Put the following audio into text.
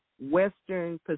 Western